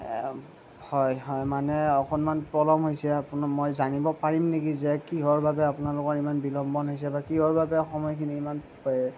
হয় হয় মানে অকণমান পলম হৈছে মই জানিব পাৰিম নেকি যে কিহৰ বাবে আপোনালোকৰ ইমান বিলম্বন হৈছে বা কিহৰ বাবে সময়খিনি ইমান